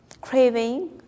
craving